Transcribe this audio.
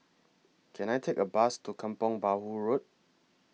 Can I Take A Bus to Kampong Bahru Road